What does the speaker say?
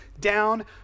down